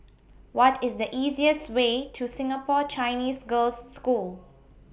What IS The easiest Way to Singapore Chinese Girls' School